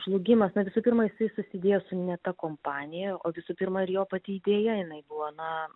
žlugimas na visų pirma jisai susidėjo su ne ta kompanija o visų pirma ir jo pati idėja jinai buvo na